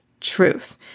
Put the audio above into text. truth